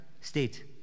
state